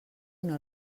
una